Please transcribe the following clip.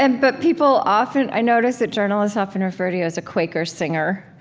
and but people often, i notice that journalists often refer to you as a quaker singer.